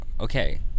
okay